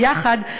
ביחד,